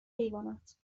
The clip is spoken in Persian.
حیوانات